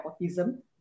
autism